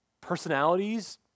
personalities